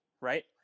right